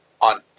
on